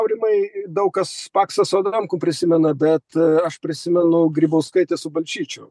aurimai daug kas paksą su adamku prisimena bet aš prisimenu grybauskaitę su balčyčiu